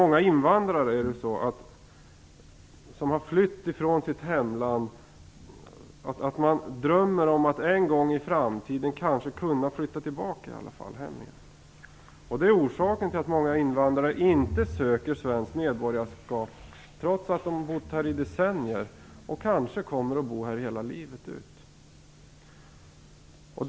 Många invandrare som har flytt från sitt hemland drömmer om att en gång i framtiden kanske kunna flytta tillbaka hem igen. Det är orsaken till att många invandrare inte söker svenskt medborgarskap, trots att de bott här i decennier och kanske kommer att bo här livet ut.